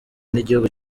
n’igihugu